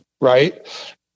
right